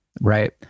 right